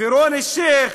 ורוני אלשיך,